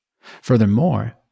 Furthermore